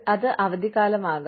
അത് അവധിക്കാലമാകാം